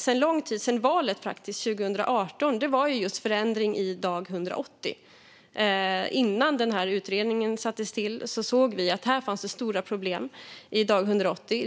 sedan lång tid, sedan valet 2018, gäller just förändring vid dag 180. Innan denna utredning tillsattes såg vi att det fanns stora problem vid dag 180.